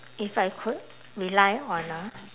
if I could relive on a